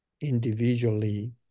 individually